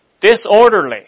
Disorderly